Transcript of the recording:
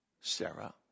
Sarah